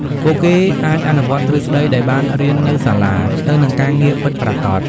ពួកគេអាចអនុវត្តទ្រឹស្តីដែលបានរៀននៅសាលាទៅនឹងការងារពិតប្រាកដ។